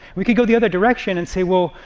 we could go the other direction and say, well,